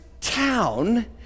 town